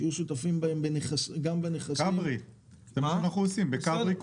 שכל הרשויות יהיו שותפות בהן בנכסים --- זה מה שאנחנו עושים בכברי.